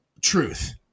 truth